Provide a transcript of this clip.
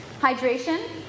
hydration